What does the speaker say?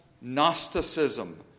Gnosticism